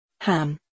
Ham